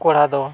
ᱠᱚᱲᱟ ᱫᱚ